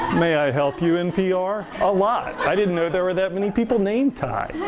may i help you, npr? a lot. i didn't know there were that many people named ty.